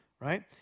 right